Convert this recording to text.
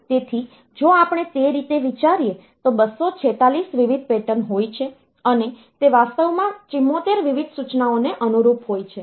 તેથી જો આપણે તે રીતે વિચારીએ તો 246 વિવિધ પેટર્ન હોય છે અને તે વાસ્તવમાં 74 વિવિધ સૂચનાઓને અનુરૂપ હોય છે